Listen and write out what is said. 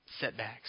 setbacks